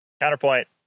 Counterpoint